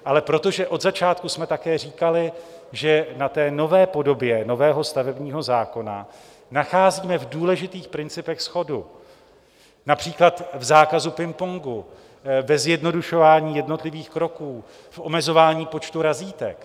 Ale protože od začátku jsme také říkali, že na nové podobě nového stavebního zákona nacházíme v důležitých principech shodu, například v zákazu pingpongu, ve zjednodušování jednotlivých kroků, v omezování počtu razítek.